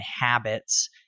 habits